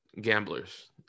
gamblers